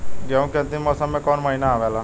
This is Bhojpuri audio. गेहूँ के अंतिम मौसम में कऊन महिना आवेला?